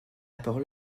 parole